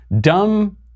Dumb